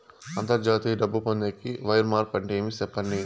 అంతర్జాతీయ డబ్బు పొందేకి, వైర్ మార్పు అంటే ఏమి? సెప్పండి?